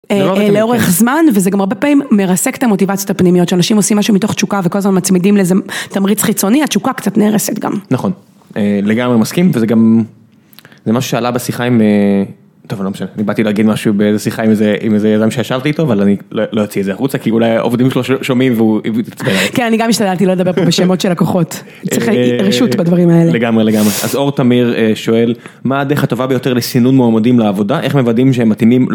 לאורך זמן וזה גם הרבה פעמים מרסק את המוטיבציות הפנימיות, שאנשים עושים משהו מתוך תשוקה וכל הזמן מצמידים לאיזה תמריץ חיצוני, התשוקה קצת נהרסת גם. נכון, לגמרי מסכים וזה גם, זה משהו שעלה בשיחה עם, טוב לא משנה, אני באתי להגיד משהו באיזה שיחה עם איזה, עם איזה אדם שישבתי איתו, אבל אני לא יוציא את זה החוצה, כי אולי עובדים שלו שומעים והוא, כן אני גם השתדלתי לא לדבר פה בשמות של לקוחות, צריכה רשות בדברים האלה. לגמרי לגמרי, אז אור תמיר שואל, מה הדרך הטובה ביותר לסינון מועמודים לעבודה, איך מוודאים שהם מתאימים.